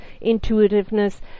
intuitiveness